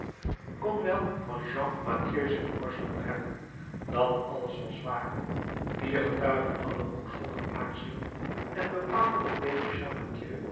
kon wel van jean mathieu zijn oorsprong hebben dat alles was waar vier getuigen hadden ook zonder aarzelen en bepaaldelijk dezen